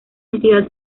entidad